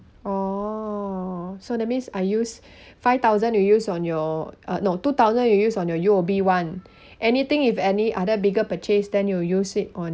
oh so that means I use five thousand you use on your uh no two thousand you use on your U_O_B one anything if any other bigger purchase then you use it on